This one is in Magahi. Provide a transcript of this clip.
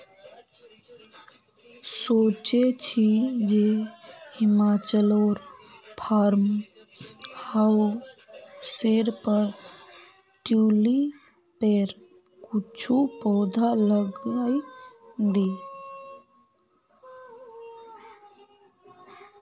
सोचे छि जे हिमाचलोर फार्म हाउसेर पर ट्यूलिपेर कुछू पौधा लगइ दी